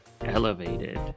elevated